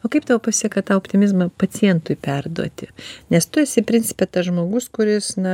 o kaip tau pasiseka tau optimizmo pacientui perduoti nes tu esi principe tas žmogus kuris na